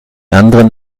anderen